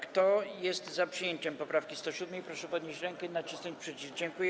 Kto jest za przyjęciem poprawki 107., proszę podnieść rękę i nacisnąć przycisk.